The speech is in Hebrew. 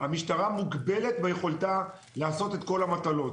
המשטרה מוגבלת ביכולתה לעשות את כל המטלות.